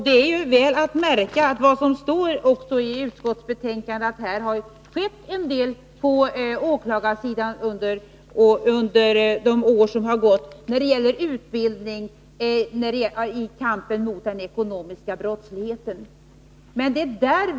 Men som det står i utskottsbetänkandet har det, välatt märka, under de år som har gått skett en del på åklagarsidan i fråga om utbildning i kampen mot den ekonomiska brottsligheten.